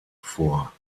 vor